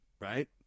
right